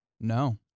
No